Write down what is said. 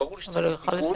אם ברור שצריך תיקון,